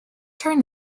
turn